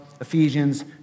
Ephesians